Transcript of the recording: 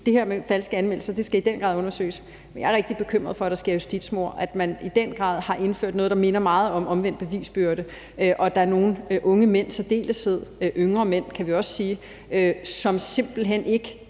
det her med de falske anmeldelser skal i den grad undersøges. Men jeg er rigtig bekymret for, at der sker justitsmord, og at man i den grad har indført noget, der minder meget om omvendt bevisbyrde, og at der er nogle unge mænd, i særdeleshed yngre mænd, kan vi også sige, som simpelt hen ikke